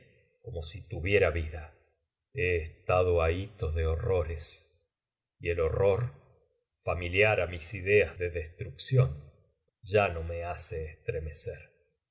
como si tuviera vida he estado ahito de horrores y el horror familiar á mis ideas de destrucción ya no me hace estremecer